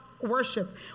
worship